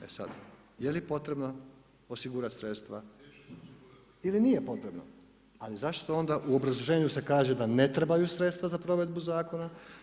E sad, je li potrebno osigurati sredstva ili nije potrebno, ali zašto onda u obrazloženju se kaže da ne trebaju sredstva za provedbu zakona.